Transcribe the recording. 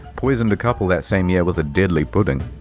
poisoned a couple that same year with a deadly pudding.